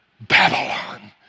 Babylon